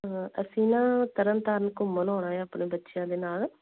ਅਸੀਂ ਨਾ ਤਰਨ ਤਾਰਨ ਘੁੰਮਣ ਆਉਣਾ ਏ ਆ ਆਪਣੇ ਬੱਚਿਆਂ ਦੇ ਨਾਲ